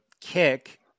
kick